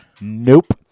Nope